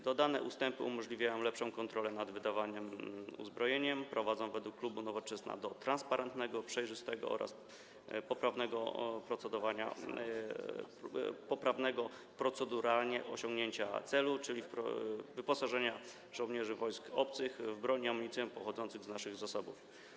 Dodane ustępy umożliwiają lepszą kontrolę nad wydawanym uzbrojeniem, prowadzą według klubu Nowoczesna do transparentnego, przejrzystego oraz poprawnego procedowania, poprawnego proceduralnie osiągnięcia celu, czyli wyposażenia żołnierzy wojsk obcych w broń i amunicję pochodzącą z naszych zasobów.